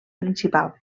principal